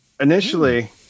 initially